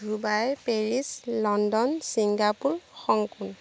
Dubai Paris London Singapore Hong Kong